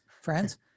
friends